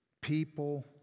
People